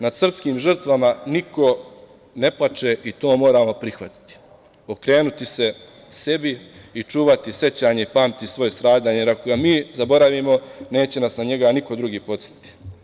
Nad srpskim žrtvama niko ne plače i to moramo prihvatiti, okrenuti se sebi i čuvati sećanje i pamtiti svoja stradanja, jer ako ga mi zaboravimo neće nas na njega niko drugi podsetiti.